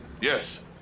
Yes